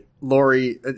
Lori